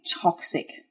toxic